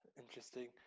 Interesting